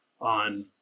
on